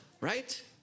Right